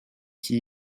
qui